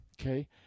Okay